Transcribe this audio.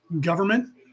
Government